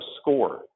score